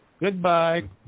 Goodbye